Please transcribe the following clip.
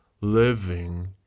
living